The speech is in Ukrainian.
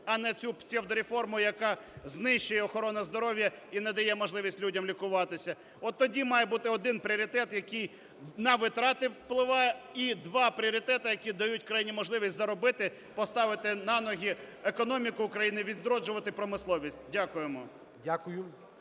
а не цю псевдореформу, яка знищує охорону здоров'я і не дає людям можливість лікуватися. От тоді має бути один пріоритет, який на витрати впливає, і два пріоритети, які дають крайню можливість заробити, поставити на ноги економіку України, відроджувати промисловість. Дякуємо.